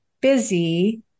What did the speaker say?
busy